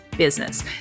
business